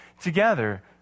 together